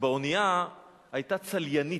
ובאונייה היתה צליינית,